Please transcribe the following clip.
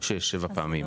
6-7 פעמים.